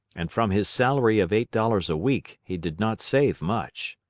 and from his salary of eight dollars a week he did not save much.